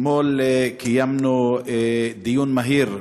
אתמול קיימנו דיון מהיר,